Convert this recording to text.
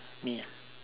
me ah